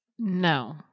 No